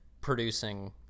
producing